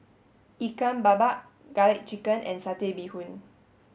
Ikan Bakar garlic chicken and satay bee Hoon